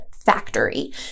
Factory